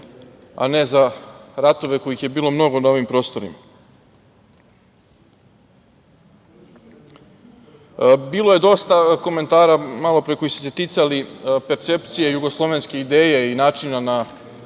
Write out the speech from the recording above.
a ne za ratove koji ih je bilo mnogo na ovim prostorima. Bilo je dosta komentara malopre koji su se ticali percepcije jugoslovenske ideje i načina na